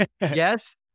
Yes